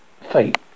fate